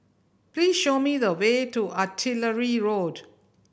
please show me the way to Artillery Road